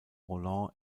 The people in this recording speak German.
roland